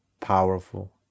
powerful